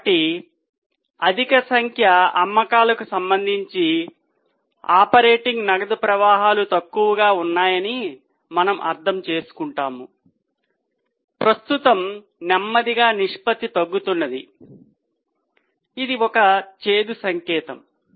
కాబట్టి అధిక సంఖ్య అమ్మకాలకు సంబంధించి ఆపరేటింగ్ నగదు ప్రవాహాలు తక్కువగా ఉన్నాయని మనము అర్థం చేసుకుంటాము ప్రస్తుతం నెమ్మదిగా నిష్పత్తి తగ్గుతున్నది ఇది చేదు సంకేతం